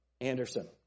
Anderson